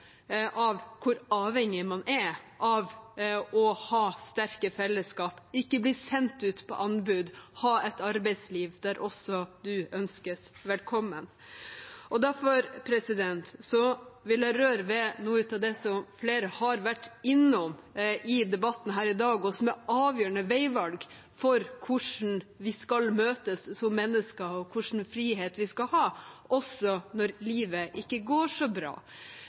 av hvor avhengig man er av å ha sterke fellesskap, ikke bli sendt ut på anbud, men ha et arbeidsliv der også du ønskes velkommen. Derfor vil jeg røre ved noe av det flere har vært innom i debatten her i dag, og som er avgjørende veivalg for hvordan vi skal møtes som mennesker, og hvilken frihet vi skal ha, også når livet ikke går så bra.